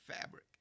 fabric